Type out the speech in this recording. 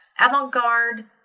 avant-garde